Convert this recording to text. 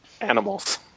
animals